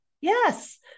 Yes